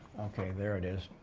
okay. there it is.